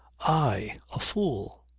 i! a fool!